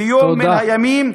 ביום מן הימים,